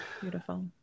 Beautiful